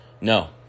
No